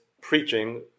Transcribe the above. preaching